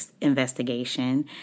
investigation